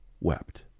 wept